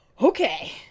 Okay